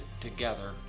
together